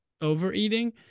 overeating